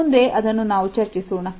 ಮುಂದೆ ಅದನ್ನು ನಾವು ಚರ್ಚಿಸೋಣ